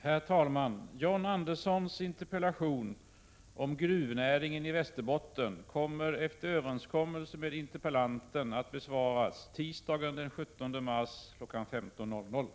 Herr talman! John Anderssons interpellation om gruvnäringen i Västerbotten kommer, på grund av arbetsbelastning, efter överenskommelse med interpellanten att besvaras tisdagen den 17 mars kl. 15.00.